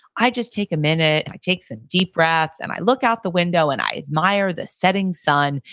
i just take a minute, i take some deep breaths and i look out the window and i admire the setting sun.